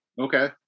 Okay